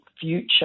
future